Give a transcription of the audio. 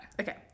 Okay